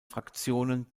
fraktionen